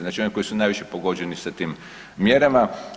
Znači oni koji su najviše pogođeni sa tim mjerama.